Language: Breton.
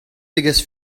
degas